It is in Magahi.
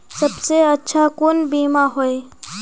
सबसे अच्छा कुन बिमा होय?